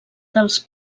dels